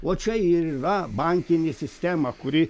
o čia ir yra bankinė sistema kuri